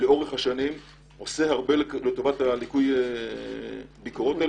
לאורך השנים עושה רבות לתיקון הליקויים שנחשפים בביקורות הללו,